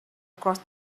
cross